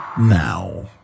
now